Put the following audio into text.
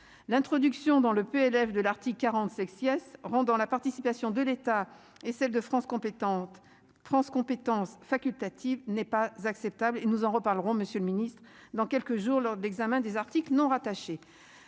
l'introduction dans le PLF de l'Arctique 40 sex IS rendant la participation de l'État et celle de France compétentes France compétences facultatives, n'est pas acceptable et nous en reparlerons Monsieur le Ministre, dans quelques jours, lors de l'examen des articles non rattachés